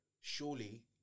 surely